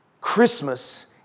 Christmas